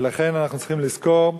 ולכן אנחנו צריכים לזכור,